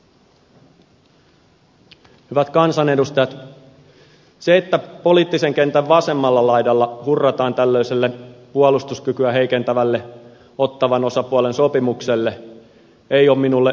hyvät kansanedustajat se että poliittisen kentän vasemmalla laidalla hurrataan tällaiselle puolustuskykyä heikentävälle ottawan osapuolen sopimukselle ei ole minulle yllätys